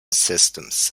systems